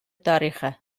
тарихы